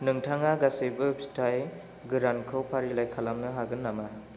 नोंथाङा गासैबो फिथाइ गोरानखौ फारिलाइ खालामनो हागोन नामा